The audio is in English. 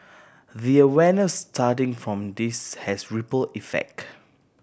the awareness starting from this has ripple effect